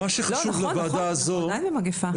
נכון, נכון, אנחנו עדיין במגפה.